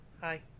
hi